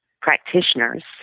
practitioners